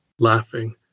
Laughing